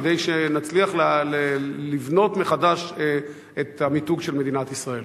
כדי שנצליח לבנות מחדש את המיתוג של מדינת ישראל?